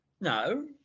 no